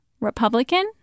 Republican